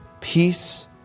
peace